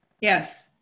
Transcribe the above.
Yes